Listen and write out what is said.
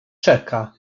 czeka